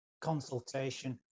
Consultation